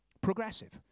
progressive